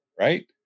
right